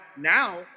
now